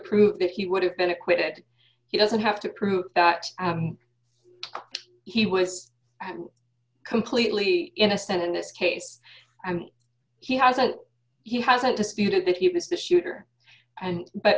prove that he would have been acquitted he doesn't have to prove that he was completely innocent in this case and he hasn't he hasn't disputed that he was the shooter and but